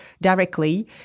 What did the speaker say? directly